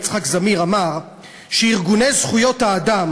יצחק זמיר אמר שארגוני זכויות האדם